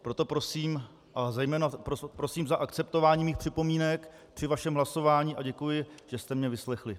Proto prosím, zejména prosím za akceptování mých připomínek při vašem hlasování a děkuji, že jste mě vyslechli.